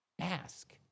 ask